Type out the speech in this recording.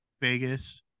Vegas